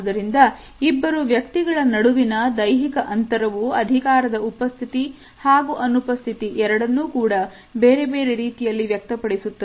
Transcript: ಆದುದರಿಂದ ಇಬ್ಬರು ವ್ಯಕ್ತಿಗಳ ನಡುವಿನ ದೈಹಿಕ ಅಂತರವು ಅಧಿಕಾರದ ಉಪಸ್ಥಿತಿ ಹಾಗೂ ಅನುಪಸ್ಥಿತಿ ಎರಡನ್ನು ಕೂಡ ಬೇರೆ ಬೇರೆ ರೀತಿಯಲ್ಲಿ ವ್ಯಕ್ತಪಡಿಸುತ್ತದೆ